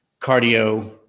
cardio